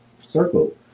circle